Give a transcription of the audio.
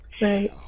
Right